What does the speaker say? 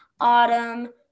Autumn